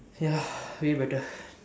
ya way better